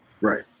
Right